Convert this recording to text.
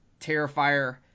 Terrifier